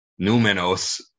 Numenos